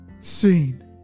seen